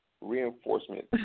reinforcement